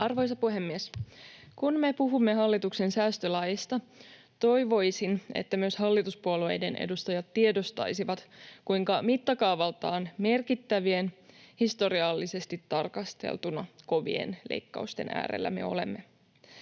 Arvoisa puhemies! Kun me puhumme hallituksen säästölaeista, toivoisin, että myös hallituspuolueiden edustajat tiedostaisivat, kuinka mittakaavaltaan merkittävien, historiallisesti tarkasteltuna kovien leikkausten äärellä me olemme.